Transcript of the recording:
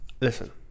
Listen